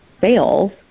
sales